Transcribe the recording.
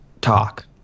talk